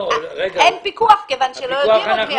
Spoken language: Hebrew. אין פיקוח כיוון שלא יודעים עוד מי המפקח.